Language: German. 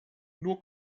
nur